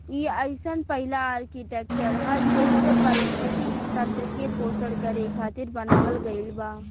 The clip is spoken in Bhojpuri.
इ अइसन पहिला आर्कीटेक्चर ह जेइके पारिस्थिति तंत्र के पोषण करे खातिर बनावल गईल बा